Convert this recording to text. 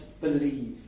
believe